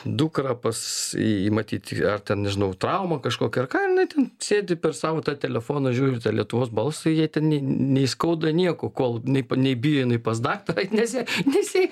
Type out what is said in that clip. dukrą pas į matyt ar ten nežinau trauma kažkokia ar ką jinai ten sėdi per savo tą telefoną žiūri tą lietuvos balsą i jai ten n nei skauda nieko kol nei p nei bijo jinai pas daktarą eit nes jai nes jai